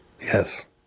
Yes